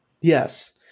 Yes